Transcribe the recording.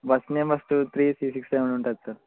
bus name వస్తు three six seven ఉంటుంది sir